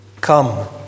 Come